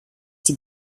die